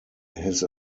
his